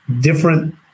different